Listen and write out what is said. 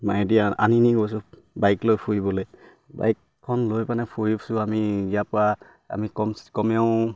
মায়োদিয়া আনিনি গৈছোঁ বাইক লৈ ফুৰিবলে বাইকখন লৈ পেলাই ফুৰিছোঁ আমি ইয়াৰ পৰা আমি কম কমেও